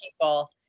people